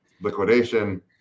liquidation